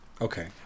Okay